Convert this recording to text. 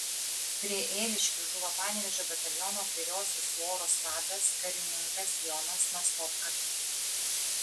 prie ėriškių žuvo panevėžio bataliono kairiosios voros vadas karininkas jonas nastopka